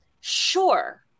sure